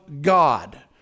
God